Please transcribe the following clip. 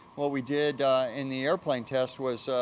what we did in the airplane test was,